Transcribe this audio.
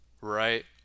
right